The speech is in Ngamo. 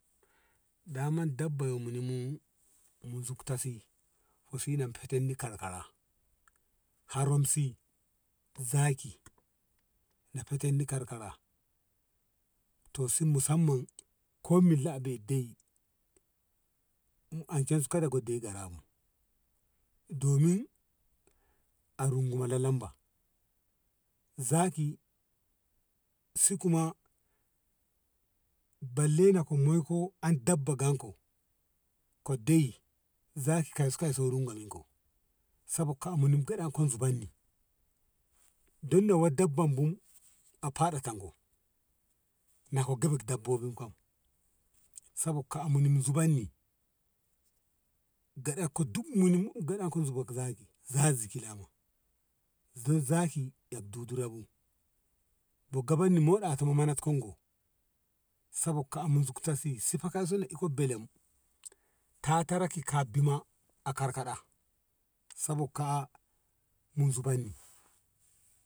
Daman dabba yo muni mu muzukta si husina fetenni karkara haramsi zaki ne feten ni karkara to sin musamman ko milla a bei dei ancen san kara de garama domin a runguma lalanba zaki si kuma balle no ko moiko an dabba ganko ko dei zaki kaiso kaiso wurin gominko sabo ka amun mu gaɗanko zubanni don nowon dabba bun a faɗa tago na ko gabat dabbobin kam saban ka amun muzabanni gaɗan ko duk muni gadan du zubak zaki, zaki kilama zaki duk durabu do gabanni moɗi a tomo manatta go sabat ka amun zuktasi si fa ka i belem taa tara ki ka bima a karkara sabot kaa mu zubanni.